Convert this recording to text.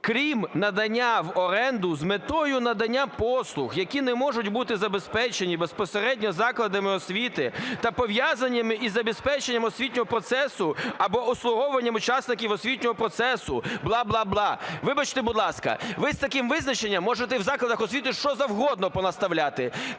"крім надання в оренду з метою надання послуг, які не можуть бути забезпечені безпосередньо закладами освіти та пов'язані із забезпеченням освітнього процесу або обслуговуванням учасників освітнього процесу…", бла-бла-бла… Вибачте, будь ласка, ви з таким визначенням можете в закладах освіти що завгодно понаставляти: